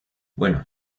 bueno